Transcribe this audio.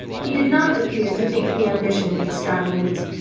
he did not appear to think the ambition extravagant.